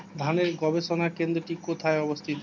ধানের গবষণা কেন্দ্রটি কোথায় অবস্থিত?